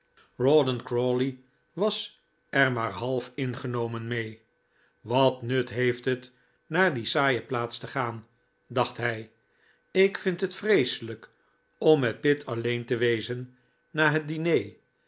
rawdon crawley was er maar half ingenomen mee wat nut heeft het naar die saaie plaats te gaan dacht hij ik vind het vreeselijk om met pitt alleen te wezen na het diner